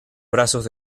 brazos